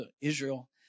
Israel